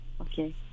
Okay